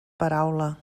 paraula